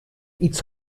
iets